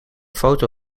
foto